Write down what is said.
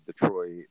Detroit